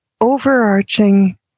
overarching